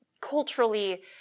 culturally